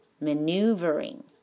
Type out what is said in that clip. Maneuvering